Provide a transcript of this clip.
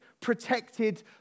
protected